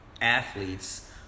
athletes